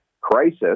crisis